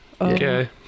okay